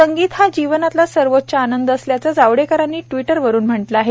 संगीत हा जीवनातला सर्वोच्च आनंद असल्याचं जावडेकरांनी ट्विटरवर म्हटलं आहे